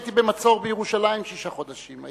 הייתי במצור בירושלים שישה חודשים.